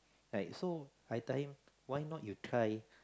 like so I tell him why not you try